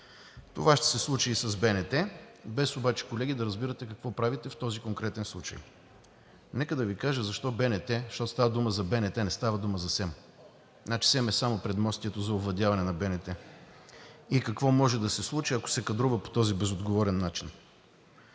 Това ще се случи и с БНТ, без обаче, колеги, да разбирате какво правите в този конкретен случай. Нека да Ви кажа защо БНТ, защото става дума за БНТ, не става дума за Съвета за електронни медии, СЕМ е само предмостието за овладяването на БНТ, и какво може да се случи, ако се кадрува по този безотговорен начин.